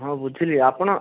ହଁ ବୁଝିଲି ଆପଣ